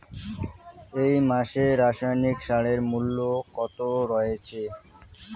এই মাসে রাসায়নিক সারের মূল্য কত রয়েছে?